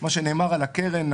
מה שנאמר על הקרן,